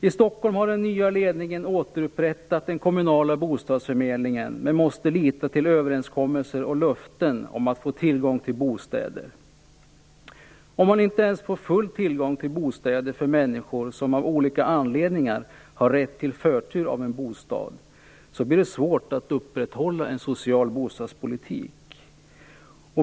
I Stockholm har den nya ledningen återupprättat den kommunala bostadsförmedlingen men måste lita till överenskommelser och löften om att få tillgång till bostäder. Om man inte ens får full tillång till bostäder för människor som av olika anledningar har rätt till förtur till en bostad, blir det svårt att upprätthålla en social bostadspolitik.